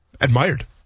admired